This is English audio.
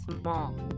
small